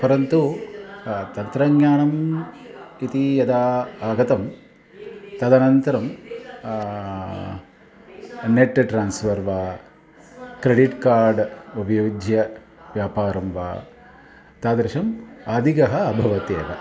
परन्तु तन्त्रज्ञानम् इति यदा आगतं तदनन्तरं नेट् ट्रान्स्फ़र् वा क्रेडिट्कार्ड् उपयुज्य व्यापारं वा तादृशम् अधिकं अभवत् एव